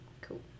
Cool